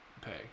pay